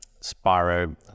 Spyro